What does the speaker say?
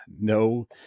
no